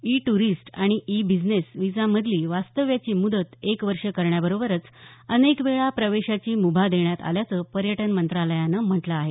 E tourist आणि e business व्हिसामधली वास्तव्याची मुदत एक वर्ष करण्याबरोबरच अनेकवेळा प्रवेशाची मुभा देण्यात आल्याचं पर्यटन मंत्रालयानं म्हटलं आहे